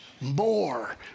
more